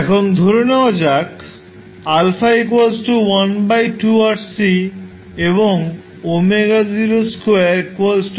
এখন ধরে নেওয়া যাক𝞪12RC এবং 𝛚02 1LC